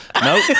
No